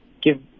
give